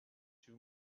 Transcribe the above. two